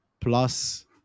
plus